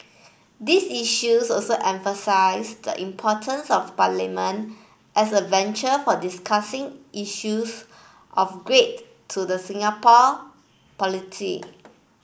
these issues also emphasise the importance of parliament as a venture for discussing issues of great to the Singapore polity